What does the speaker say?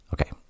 Okay